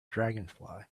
dragonfly